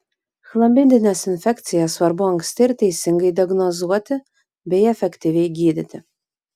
chlamidines infekcijas svarbu anksti ir teisingai diagnozuoti bei efektyviai gydyti